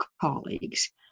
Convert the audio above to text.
colleagues